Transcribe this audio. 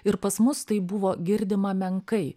ir pas mus tai buvo girdima menkai